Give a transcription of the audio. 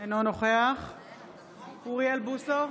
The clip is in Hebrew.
אינו נוכח אוריאל בוסו,